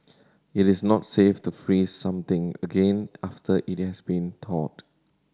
it is not safe to freeze something again after it has been thawed